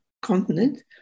continent